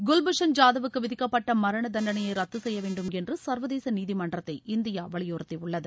குவ்பூஷன் ஜாதவ் க்கு விதிக்கப்பட்ட மரண தண்டனையை ரத்து செய்யவேண்டும் என்று சர்வதேச நீதிமன்றத்தை இந்தியா வலியுறுத்தியுள்ளது